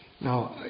Now